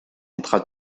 entra